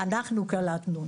אנחנו קלטנו,